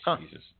Jesus